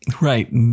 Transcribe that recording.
Right